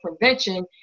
prevention